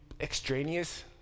extraneous